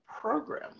program